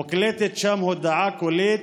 מוקלטת שם הודעה קולית: